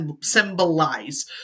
symbolize